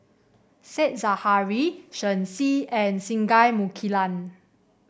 Said Zahari Shen Xi and Singai Mukilan